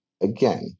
again